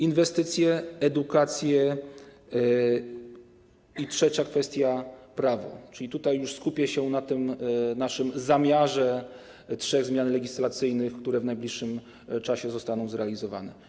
Inwestycje, edukacja i trzecia kwestia - prawo, czyli skupię się już na tym naszym zamiarze trzech zmian legislacyjnych, które w najbliższym czasie zostaną zrealizowane.